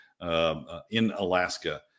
in-Alaska